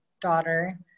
daughter